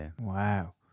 Wow